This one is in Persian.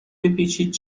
بپیچید